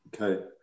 Okay